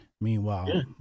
Meanwhile